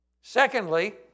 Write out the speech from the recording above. Secondly